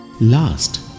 Last